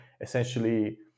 essentially